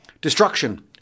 destruction